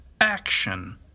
action